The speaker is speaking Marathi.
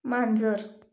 मांजर